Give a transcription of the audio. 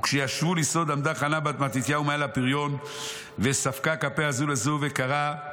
וכשישבו לסעוד עמדה חנה בת מתתיהו מעל האפיריון וספקה כפיה זו לזו וקרעה